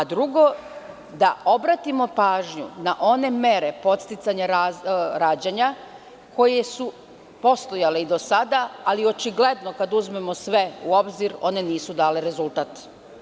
Drugo, da obratimo pažnju na one mere podsticanja rađanja koje su postojale i do sada, ali očigledno kada uzmemo sve u obzir one nisu dale rezultat.